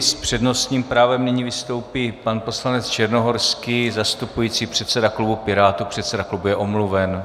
S přednostním právem nyní vystoupí pan poslanec Černohorský zastupující předsedu klubu Pirátů, předseda klubu je omluven.